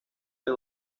del